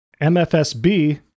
MFSB